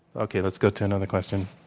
okay. let's go to another question.